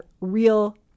real